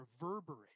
reverberate